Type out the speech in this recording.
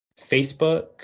facebook